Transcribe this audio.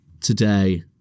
today